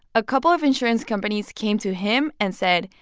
a couple of insurance companies came to him and said,